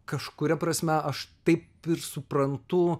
kažkuria prasme aš taip ir suprantu